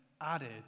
added